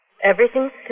Everything's